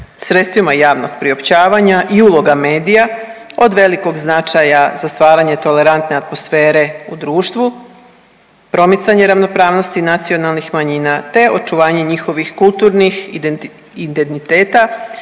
sredstvima javnog priopćavanja i uloga medija od velikog značaja za stvaranje tolerantne atmosfere u društvu, promicanje ravnopravnosti nacionalnih manjina te očuvanje njihovih kulturnih identiteta,